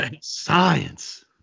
Science